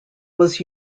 was